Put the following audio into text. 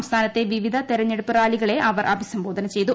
സംസ്ഥാനത്തെ വിവിധ തെരഞ്ഞെടുപ്പ് റാലികളെ അവർ അഭിസംബോധന ചെയ്തു